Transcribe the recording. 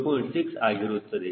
6 ಆಗಿರುತ್ತದೆ